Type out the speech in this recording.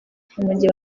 tw’umujyi